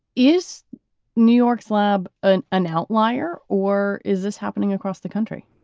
is new york's lab an an outlier or is this happening across the country?